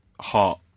heart